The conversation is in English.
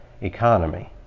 economy